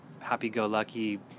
happy-go-lucky